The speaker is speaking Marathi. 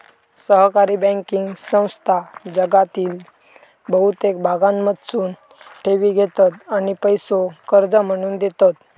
सहकारी बँकिंग संस्था जगातील बहुतेक भागांमधसून ठेवी घेतत आणि पैसो कर्ज म्हणून देतत